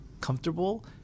comfortable